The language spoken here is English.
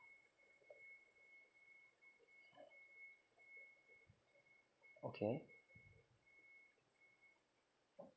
okay